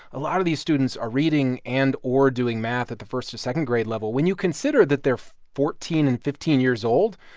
a lot of these students are reading and or doing math at the first second grade level when you consider that they're fourteen and fifteen years old,